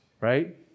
Right